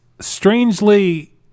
strangely